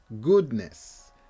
goodness